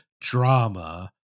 drama